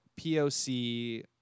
poc